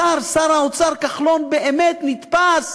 השר, שר האוצר כחלון, באמת נתפס